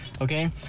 okay